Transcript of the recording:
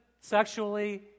sexually